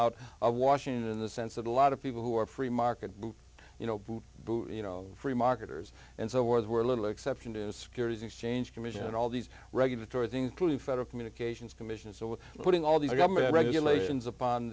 out of washington in the sense that a lot of people who are free market you know who you know free marketers and so were a little exception to securities exchange commission and all these regulatory thing to federal communications commission so we're putting all these government regulations upon